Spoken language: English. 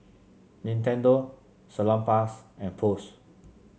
Nintendo Salonpas and Post